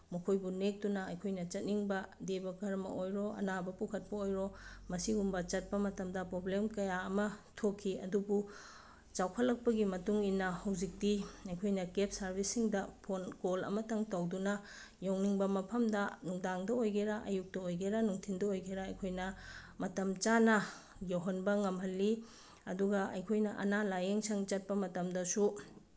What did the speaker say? ꯃꯈꯣꯏꯕꯨ ꯅꯦꯛꯇꯨꯅ ꯑꯩꯈꯣꯏꯅ ꯆꯠꯅꯤꯡꯕ ꯗꯦꯕ ꯀꯔꯃ ꯑꯣꯏꯔꯣ ꯑꯅꯥꯕ ꯄꯨꯈꯠꯄ ꯑꯣꯏꯔꯣ ꯃꯁꯤꯒꯨꯝꯕ ꯆꯠꯄ ꯃꯇꯝꯗ ꯄ꯭ꯔꯣꯕ꯭ꯂꯦꯝ ꯀꯌꯥ ꯑꯃ ꯊꯣꯛꯈꯤ ꯑꯗꯨꯕꯨ ꯆꯥꯎꯈꯠꯂꯛꯄꯒꯤ ꯃꯇꯨꯡꯏꯟꯅ ꯍꯧꯖꯤꯛꯇꯤ ꯑꯩꯈꯣꯏꯅ ꯀꯦꯞ ꯁꯥꯔꯚꯤꯁꯁꯤꯡꯗ ꯐꯣꯟ ꯀꯣꯜ ꯑꯃꯇꯪ ꯇꯧꯗꯨꯅ ꯌꯧꯅꯤꯡꯕ ꯃꯐꯝꯗ ꯅꯨꯡꯗꯥꯡꯗ ꯑꯣꯏꯒꯦꯔꯥ ꯑꯌꯨꯛꯇ ꯑꯣꯏꯒꯦꯔꯥ ꯅꯨꯡꯊꯤꯜꯗ ꯑꯣꯏꯒꯦꯔꯥ ꯑꯩꯈꯣꯏꯅ ꯃꯇꯝ ꯆꯥꯅ ꯌꯧꯍꯟꯕ ꯉꯝꯍꯜꯂꯤ ꯑꯗꯨꯒ ꯑꯩꯈꯣꯏꯅ ꯑꯅꯥ ꯂꯥꯏꯌꯦꯡꯁꯪ ꯆꯠꯄ ꯃꯇꯝꯗꯁꯨ